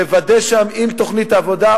תוודא שם אם תוכנית העבודה,